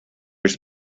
his